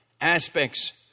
aspects